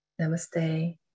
Namaste